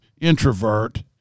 introvert